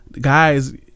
Guys